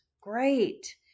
Great